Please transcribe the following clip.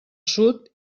sud